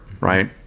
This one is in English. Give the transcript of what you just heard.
right